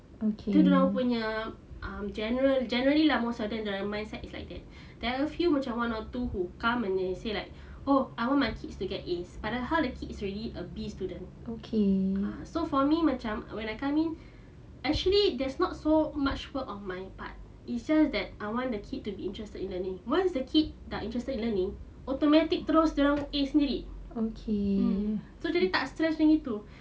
tu dorang punya um general generally lah most of them dorang punya mindset is like that there are a few macam one or two who come and they say like oh I want my kids to get A padahal the kid is already a B student so for me macam when I come in actually there's not so much work on my part it's just that I want the kid to be interested in learning once the kid dah interested in learning automatic terus dorang A sendiri so jadi tak stress macam gitu